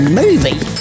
movie